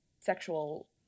sexual